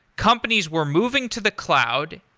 companies were moving to the cloud.